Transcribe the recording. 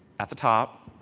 at the top.